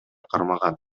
кармаган